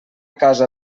casa